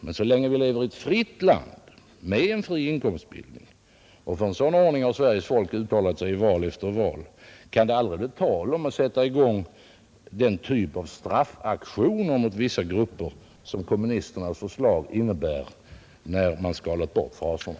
Men så länge vi lever i ett fritt land med en fri inkomstbildning — och för en sådan ordning har Sveriges folk uttalat sig i val efter val — kan det aldrig bli tal om att sätta i gång den typ av straffaktioner mot vissa grupper som kommunisternas förslag innebär när man skalat bort fraserna.